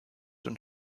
und